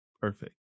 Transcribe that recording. Perfect